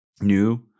new